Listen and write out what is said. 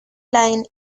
line